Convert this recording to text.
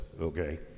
okay